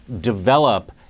develop